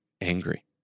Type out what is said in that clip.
angry